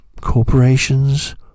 Corporations